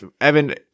evan